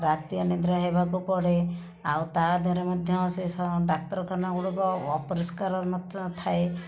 ରାତି ଅନିଦ୍ରା ହେବାକୁ ପଡ଼େ ଆଉ ତାଦେହରେ ମଧ୍ୟ ସେ ଡାକ୍ତରଖାନା ଗୁଡ଼ିକ ଅପରିଷ୍କାର ମଧ୍ୟ ଥାଏ